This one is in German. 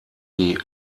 die